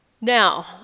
Now